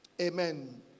Amen